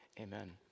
amen